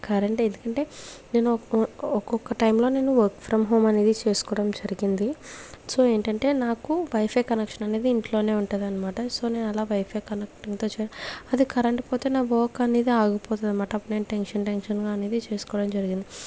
current ఎందుకంటే నేను ఒ ఒక్కొక్క టైం లో నేను వర్క్ ఫ్రం హోమ్ అనేది చేసుకోవడం జరిగింది సో ఏంటంటే నాకు వైఫై కనెక్షన్ అనేది ఇంట్లోనే ఉంటుందన్మాట సో నేనలా వైఫై కనెక్ట్ అది కరెంటు పోతే నా వర్క్ అనేది ఆగిపోతుందన్మాట అప్పుడు నేను టెన్షన్ టెన్షన్ గా అనేది చేసుకోవడం జరిగింది